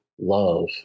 love